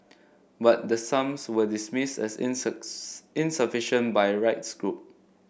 but the sums were dismissed as inserts insufficient by rights group